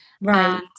Right